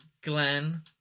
Glenn